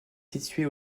située